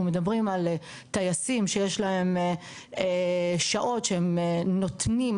מדברים על טייסים שיש להם שעות שהם נותנים,